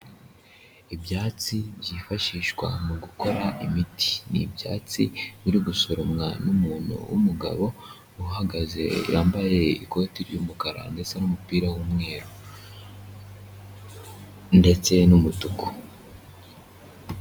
Ibyatsi byifashishwa mu gukora imiti, ni ibyatsi biri gusoromwa n'umuntu w'umugabo uhagaze yambaye ikoti ry'umukara ndetse n'umupira w'umweru ndetse n'umutuku.